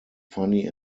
funny